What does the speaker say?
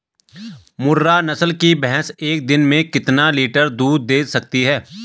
मुर्रा नस्ल की भैंस एक दिन में कितना लीटर दूध दें सकती है?